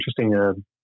interesting